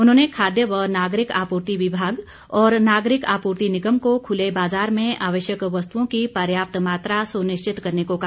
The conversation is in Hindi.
उन्होंने खाद्य व नागरिक आपूर्ति विभाग और नागरिक आपूर्ति निगम को खुले बाजार में आवश्यक वस्तुओं की पर्याप्त मात्रा सुनिश्चित करने को कहा